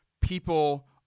people